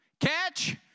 Catch